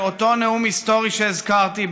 באותו נאום היסטורי שהזכרתי,